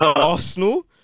Arsenal